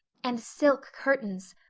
and silk curtains!